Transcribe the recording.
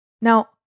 Now